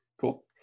Cool